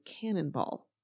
cannonball